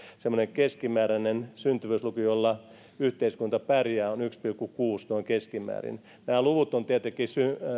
semmoinen keskimääräinen syntyvyysluku jolla yhteiskunta pärjää on noin keskimäärin yksi pilkku kuusi nämä luvut ovat tietenkin